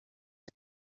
است